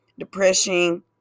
depression